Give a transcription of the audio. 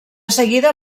seguida